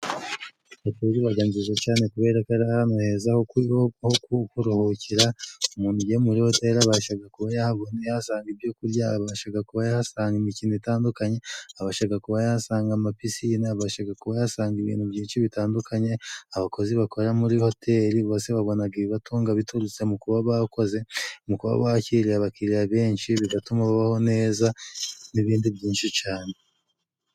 Hoteli ibaga nziza cane kubera ko ari ahantu heza ho kuruhukira, umuntu ugiye muri hoteli abashaga kuba yahasanga ibyo kurya abashaga kuba yahasanga imikino itandukanye, abashaga kuba yahasanga amapisine abashaga kuba yasanga ibintu byinshi bitandukanye. Abakozi bakora muri hoteli bose babonaga ibibatunga biturutse mu kuba bakoze, mu kuba bakiriye abakiriya benshi bigatuma babaho neza n'ibindi byinshi cane.